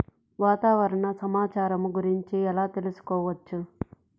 వాతావరణ సమాచారము గురించి ఎలా తెలుకుసుకోవచ్చు?